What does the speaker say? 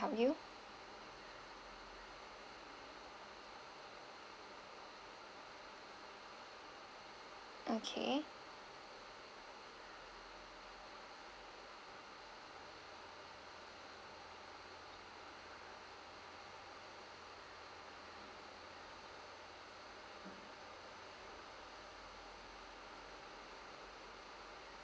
help you okay